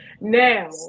Now